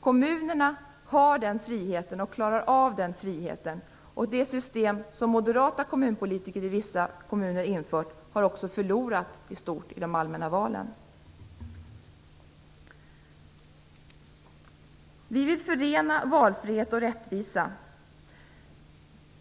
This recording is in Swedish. Kommunerna har den friheten och klarar av den friheten. Det system som moderata kommunpolitiker har infört i vissa kommuner har också förlorat stort i de allmänna valen. Vi vill förena valfrihet och rättvisa.